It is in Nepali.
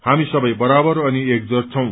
हामी सबै बराबर अनि एकजुट छौ